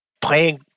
playing